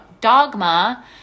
dogma